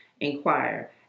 Inquire